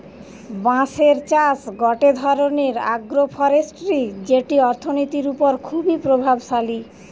বাঁশের চাষ গটে ধরণের আগ্রোফরেষ্ট্রী যেটি অর্থনীতির ওপর খুবই প্রভাবশালী